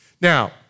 Now